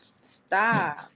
Stop